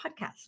podcast